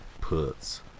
puts